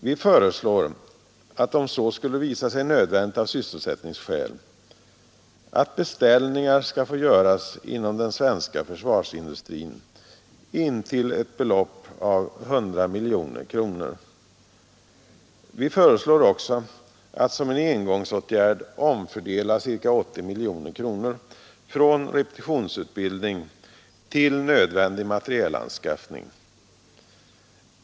Vi föreslår att, om så skulle visa sig nödvändigt av sysselsättningsskäl, beställningar skall få göras inom den svenska försvarsindustrin intill ett belopp av 100 miljoner kronor. Vi föreslår också att man, som en engångsåtgärd, omfördelar ca 80 miljoner kronor för repetitionsutbildning till nödvändig materielanskaffning.